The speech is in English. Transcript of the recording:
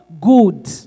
good